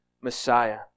Messiah